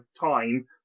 time